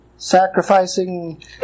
Sacrificing